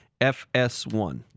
FS1